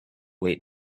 wait